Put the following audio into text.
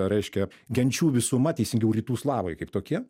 reiškia genčių visuma teisingiau rytų slavai kaip tokie